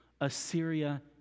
Assyria